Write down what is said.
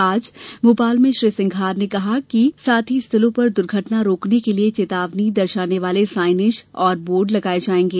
आज भोपाल में श्री सिंघार ने कहा कि साथ ही स्थलों पर दुर्घटना रोकने के लिये चेतावनी दर्शाने वाले साइनेज और बोर्ड लगाये जायेंगे